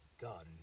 God